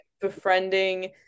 befriending